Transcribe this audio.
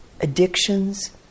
addictions